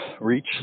reach